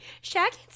shaggy